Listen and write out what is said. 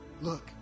Look